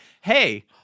hey—